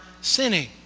sinning